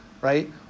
right